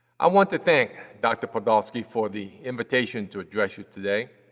i want to thank dr. podolsky for the invitation to address you today.